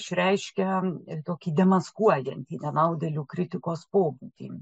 išreiškia ir tokį demaskuojantį nenaudėlių kritikos pobūdį